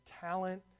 talent